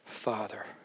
Father